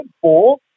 four